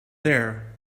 there